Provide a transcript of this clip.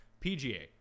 PGA